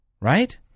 Right